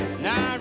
Now